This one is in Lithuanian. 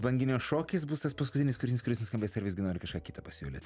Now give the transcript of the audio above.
banginio šokis bus tas paskutinis kurinys kuris nuskambės ar visgi nori kažką kitą pasiūlyti